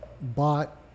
bought